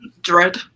dread